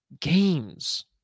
games